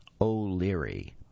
O'Leary